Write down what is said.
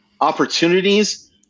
opportunities